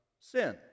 sin